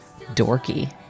dorky